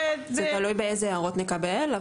תלוי איזה הערות נקבל.